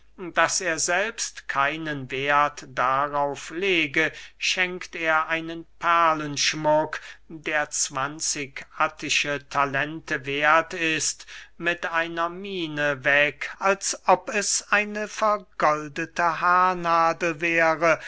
daß er selbst keinen werth darauf lege schenkt er einen perlenschmuck der zwanzig attische talente werth ist mit einer miene weg als ob es eine vergoldete haarnadel wäre